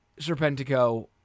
Serpentico